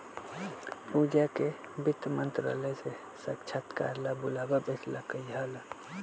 पूजा के वित्त मंत्रालय से साक्षात्कार ला बुलावा भेजल कई हल